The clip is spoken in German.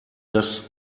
das